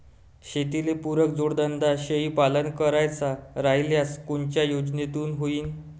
शेतीले पुरक जोडधंदा शेळीपालन करायचा राह्यल्यास कोनच्या योजनेतून होईन?